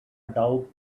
doug